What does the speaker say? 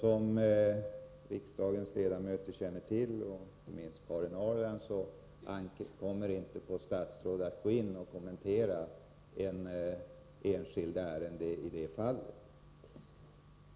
Som riksdagens ledamöter och inte minst Karin Ahrland känner till ankommer det inte på ett statsråd att kommentera ett enskilt ärende i ett sådant fall.